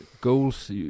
goals